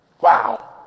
Wow